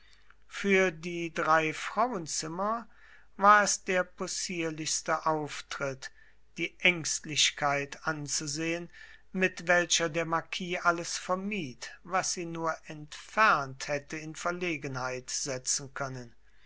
für die drei frauenzimmer war es der possierlichste auftritt die ängstlichkeit anzusehen mit welcher der marquis alles vermied was sie nur entfernt hätte in verlegenheit setzen können